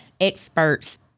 experts